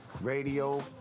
Radio